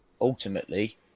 ultimately